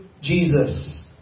Jesus